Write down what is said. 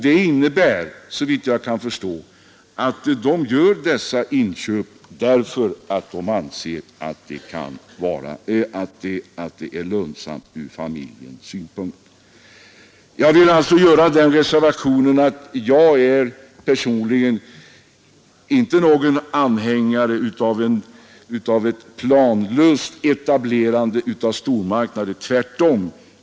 Det innebär, såvitt jag kan förstå, att de gör dessa inköp därför att de anser att det är lönsamt ur familjens synpunkt. Jag vill göra den reservationen att jag personligen inte är anhängare av ett planlöst etablerande av stormarknader. Tvärtom!